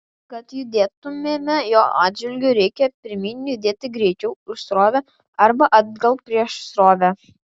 kad judėtumėme jo atžvilgiu reikia pirmyn judėti greičiau už srovę arba atgal prieš srovę